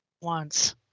wants